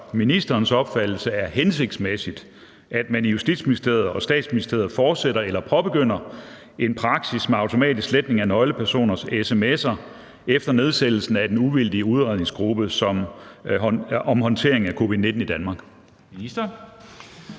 ministerens opfattelse er hensigtsmæssigt, at man i Justitsministeriet og i Statsministeriet fortsætter eller påbegynder en praksis med automatisk sletning af nøglepersoners sms’er efter nedsættelsen af den uvildige udredningsgruppe om håndteringen af covid-19 i Danmark?